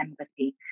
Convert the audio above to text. empathy